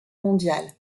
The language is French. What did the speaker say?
mondial